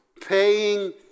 paying